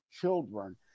children